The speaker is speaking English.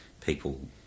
people